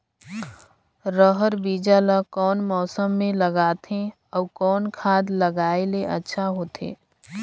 रहर बीजा ला कौन मौसम मे लगाथे अउ कौन खाद लगायेले अच्छा होथे?